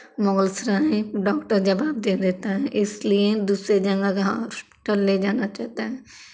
Mughalsarai doctor जवाब दे देता है इसलिए दूसरे जगह का हॉस्पिटल ले जाना चाहते हैं